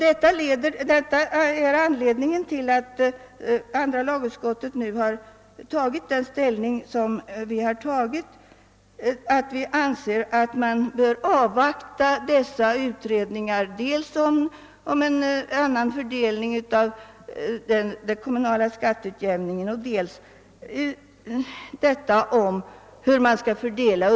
Detta är anledningen till att andra lagutskottet har intagit den ställning som utskottet gjort. Vi anser att resultaten av nämnda utredningar bör avvaktas.